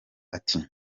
ati